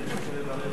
אני רוצה לברך